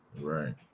Right